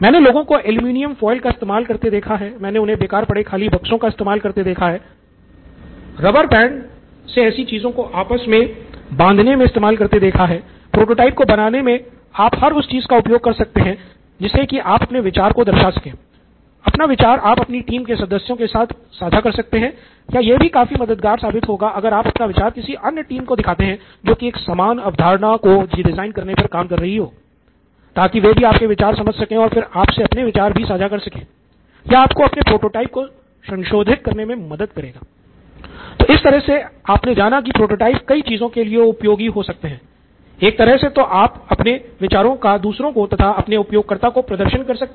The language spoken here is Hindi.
मैंने लोगों को एल्यूमीनियम फॉयल या अपने किसी पसंदीदा सॉफ्टवेयर का उपयोग भी कर सकते हैं